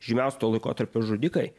žymiausi to laikotarpio žudikai